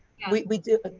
we do. but